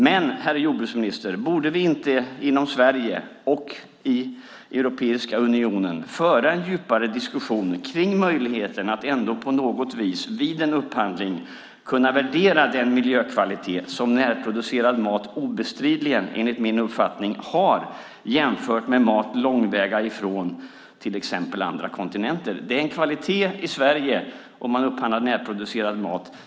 Men, herr jordbruksminister, borde vi inte inom Sverige och i Europeiska unionen föra en djupare diskussion om möjligheten att ändå på något vis vid en upphandling kunna värdera den miljökvalitet som närproducerad mat obestridligen, enligt min uppfattning, har jämfört med mat långväga ifrån, till exempel från andra kontinenter? Det är en kvalitet i Sverige att upphandla närproducerad mat.